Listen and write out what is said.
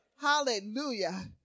Hallelujah